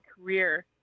career